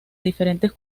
diferentes